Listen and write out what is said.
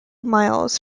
miles